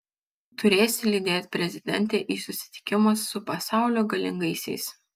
turėsi lydėt prezidentę į susitikimus su pasaulio galingaisiais